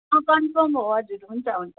अँ कन्फर्म हो हजुर हुन्छ हुन्छ